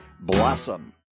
blossom